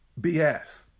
BS